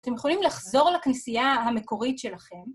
אתם יכולים לחזור לכנסייה המקורית שלכם.